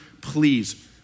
Please